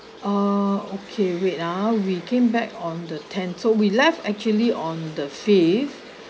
uh okay wait ah we came back on the tenth so we left actually on the fifth